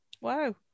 Wow